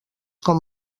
com